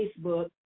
Facebook